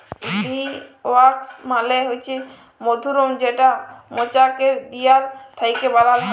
bee wax মালে হছে মধুমম যেটা মচাকের দিয়াল থ্যাইকে বালাল হ্যয়